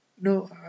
No